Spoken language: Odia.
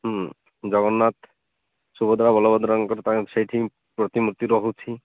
ହୁଁ ଜଗନ୍ନାଥ ସୁଭଦ୍ରା ବଳଭଦ୍ରଙ୍କର ତାଙ୍କର ସେଇଠି ପ୍ରତିମୂର୍ତ୍ତି ରହୁଛି